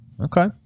Okay